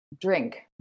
drink